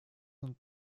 und